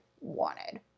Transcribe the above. wanted